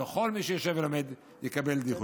וכל מי שיושב ולומד יקבל דיחוי.